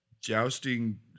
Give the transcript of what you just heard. jousting